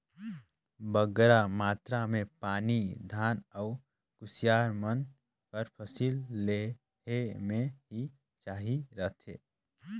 बगरा मातरा में पानी धान अउ कुसियार मन कर फसिल लेहे में ही चाहिए रहथे